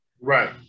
Right